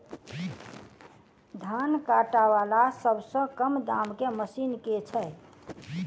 धान काटा वला सबसँ कम दाम केँ मशीन केँ छैय?